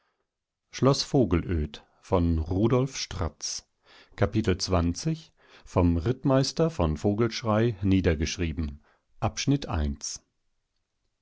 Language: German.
vom rittmeister von vogelschrey niedergeschrieben